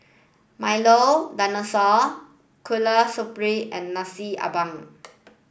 Milo Dinosaur Kueh Syara and Nasi Ambeng